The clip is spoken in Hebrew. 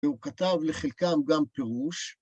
והוא כתב לחלקם גם פירוש.